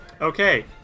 Okay